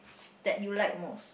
that you like most